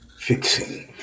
fixing